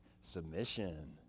Submission